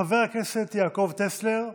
חבר הכנסת יעקב טסלר,